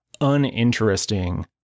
uninteresting